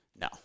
No